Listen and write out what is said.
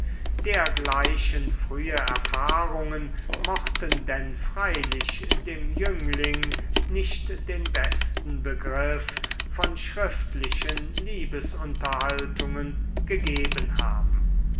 dergleichen frühe erfahrungen mochten denn freilich dem jüngling nicht den besten begriff von schriftlichen liebesunterhaltungen gegeben haben